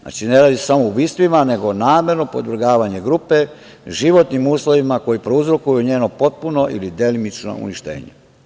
Znači, ne radi se samo o ubistvima nego o namerno podvrgavanju grupe životnim uslovima koji prouzrokuju njeno potpuno ili delimično uništenje.